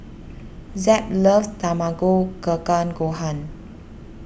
Zeb loves Tamago Kake Gohan